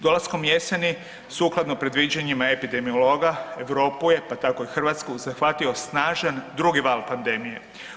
Dolaskom jeseni sukladno predviđanjima epidemiolog, Europu je pa tako i Hrvatsku, zahvatio snažan drugi val pandemije.